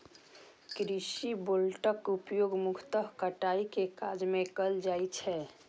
कृषि रोबोटक उपयोग मुख्यतः कटाइ के काज मे कैल जाइ छै